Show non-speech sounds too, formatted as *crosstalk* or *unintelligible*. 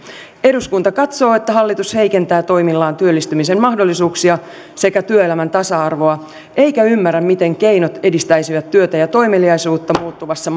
eduskunta katsoo että hallitus heikentää toimillaan työllistymisen mahdollisuuksia sekä työelämän tasa arvoa eikä ymmärrä mitkä keinot edistäisivät työtä ja toimeliaisuutta muuttuvassa *unintelligible*